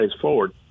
forward